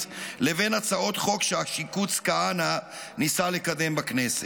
לבין הצעות חוק שהשיקוץ כהנא ניסה לקדם בכנסת.